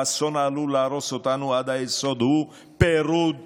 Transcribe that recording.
האסון העלול להרוס אותנו עד היסוד הוא פירוד פנימי,